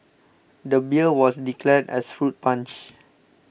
the beer was declared as fruit punch